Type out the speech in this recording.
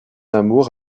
amour